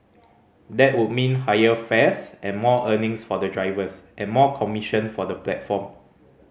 that would mean higher fares and more earnings for the drivers and more commission for the platform